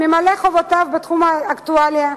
הממלא חובותיו בתחום האקטואליה,